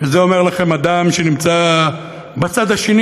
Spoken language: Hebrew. ואת זה אומר לכם אדם שנמצא בצד השני